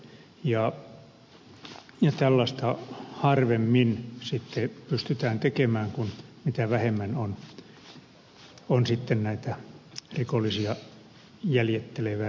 ja tällaista sitä harvemmin sitten pystytään tekemään mitä vähemmän näitä rikollisia jäljittävää virkamieskuntaa